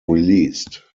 released